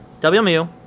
WMU